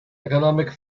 economic